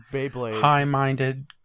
high-minded